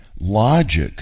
Logic